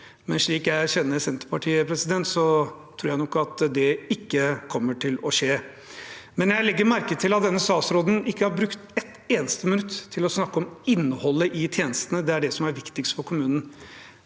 men slik jeg kjenner Senterpartiet, tror jeg nok ikke det kommer til å skje. Jeg legger merke til at denne statsråden ikke har brukt ett eneste minutt på å snakke om innholdet i tjenestene. Det er det som er viktigst for kommunene.